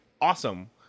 awesome